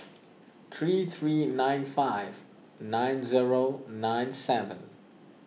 three three nine five nine zero nine seven